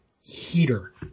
heater